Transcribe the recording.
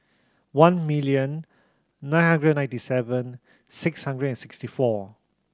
one million nine hundred and ninety seven six hundred and sixty four